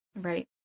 Right